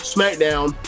SmackDown